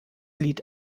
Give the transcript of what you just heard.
lied